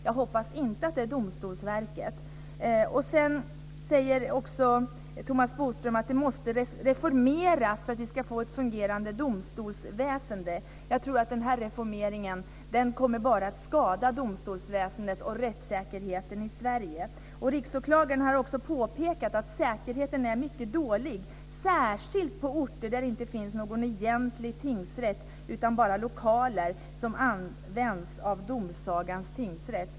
Jag hoppas att det inte är Thomas Bodström säger också att det måste reformeras för att vi ska få ett fungerande domstolsväsende. Jag tror att den här reformeringen bara kommer att skada domstolsväsendet och rättssäkerheten i Sverige. Riksåklagaren har också påpekat att säkerheten är mycket dålig, särskilt på orter där det inte finns någon egentlig tingsrätt, utan bara lokaler som används av domsagans tingsrätt.